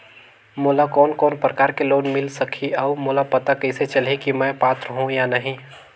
मोला कोन कोन प्रकार के लोन मिल सकही और मोला पता कइसे चलही की मैं पात्र हों या नहीं?